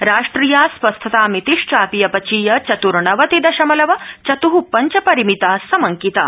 राष्ट्रिया स्वस्थता मितिश्चापि अपचीय चतुर्णवति दशमलव चतु पंच परिमिता समंमिता